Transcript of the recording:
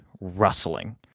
rustling